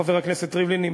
חבר הכנסת ריבלין.